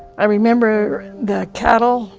i remember the cattle